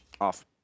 off